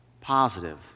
positive